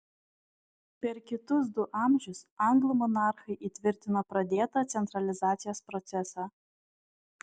per kitus du amžius anglų monarchai įtvirtino pradėtą centralizacijos procesą